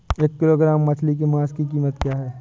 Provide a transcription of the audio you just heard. एक किलोग्राम मछली के मांस की कीमत क्या है?